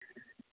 ഇല്ല